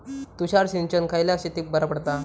तुषार सिंचन खयल्या शेतीक बरा पडता?